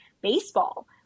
baseball